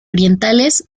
orientales